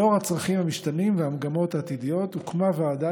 לאור הצרכים המשתנים והמגמות העתידיות הוקמה ועדה